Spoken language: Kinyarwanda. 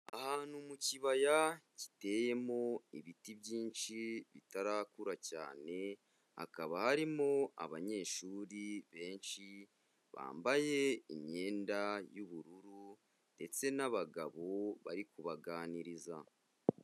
Ahantu mu kibaya giteyemo ibiti byinshi bitarakura cyane, hakaba harimo abanyeshuri benshi bambaye imyenda y'ubururu ndetse n'abagabo bari kubaganiriza.